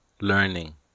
learning